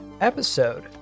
Episode